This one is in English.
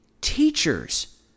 teachers